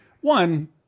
One